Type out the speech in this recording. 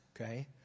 okay